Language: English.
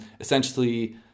essentially